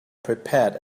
prepared